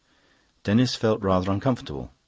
denis felt rather uncomfortable.